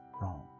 wrong